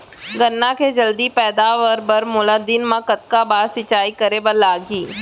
गन्ना के जलदी पैदावार बर, मोला दिन मा कतका बार सिंचाई करे बर लागही?